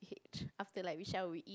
after like we shower we eat